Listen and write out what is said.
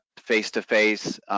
face-to-face